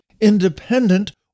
independent